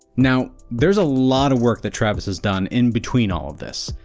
now, there's a lot of work that travis has done in between all of this,